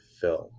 film